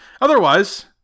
otherwise